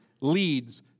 leads